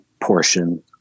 portion